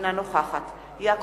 אינה נוכחת עפו אגבאריה,